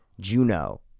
Juno